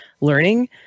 learning